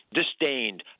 disdained